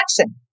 action